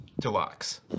Deluxe